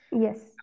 Yes